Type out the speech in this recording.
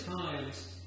times